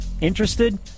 Interested